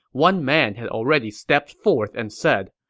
one man had already stepped forth and said,